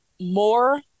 more